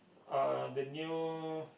uh the new